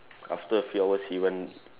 after a few hours he went